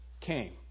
came